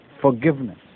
forgiveness